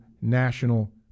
national